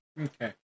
Okay